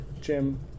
Jim